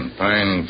fine